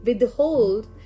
withhold